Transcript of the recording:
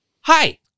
Hi